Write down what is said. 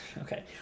Okay